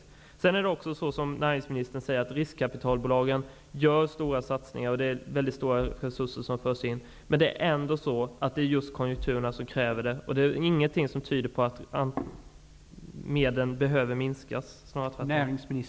Riskkapitalbolagen gör stora satsningar, som näringsministern säger. Det är mycket stora resurser som förs in. Men det är konjunkturen som kräver det. Det finns ingenting som tyder på att medlen behöver minskas.